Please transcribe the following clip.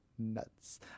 Nuts